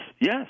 Yes